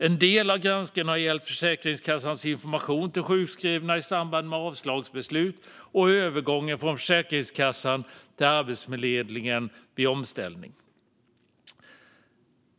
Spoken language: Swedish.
En del av granskningen har gällt Försäkringskassans information till sjukskrivna i samband med avslagsbeslut och övergången från Försäkringskassan till Arbetsförmedlingen vid omställning. Fru talman!